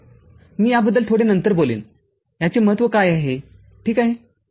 मी याबद्दल थोडे नंतर बोलेन याचे महत्व काय आहे ठीक आहे